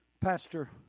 Pastor